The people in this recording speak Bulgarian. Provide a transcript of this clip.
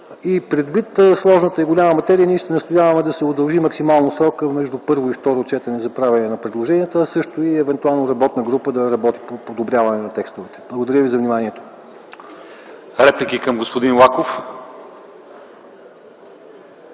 Предвид сложната и голяма материя ще настояваме да се удължи максимално срокът между първо и второ четене за правене на предложения, а също така евентуално работна група да работи за подобряването на текстовете. Благодаря ви за вниманието. ПРЕДСЕДАТЕЛ